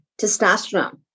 testosterone